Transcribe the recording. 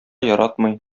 яратмый